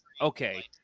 okay